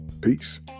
Peace